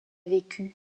vécu